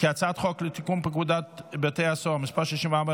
חוק לתיקון פקודת בתי הסוהר (מס' 64,